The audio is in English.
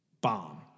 Bomb